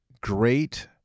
great